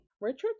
Richard